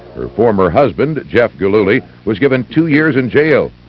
former husband, jeff gillooly, was given two years in jail.